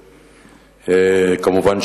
כמובן,